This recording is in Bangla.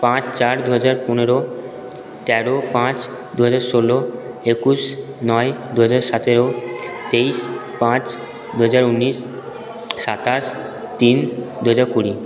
পাঁচ চার দু হাজার পনেরো তেরো পাঁচ দু হাজার ষোলো একুশ নয় দু হাজার সাতেরো তেইশ পাঁচ দু হজার উনিশ সাতাশ তিন দু হাজার কুড়ি